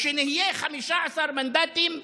כשנהיה 15 מנדטים,